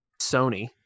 Sony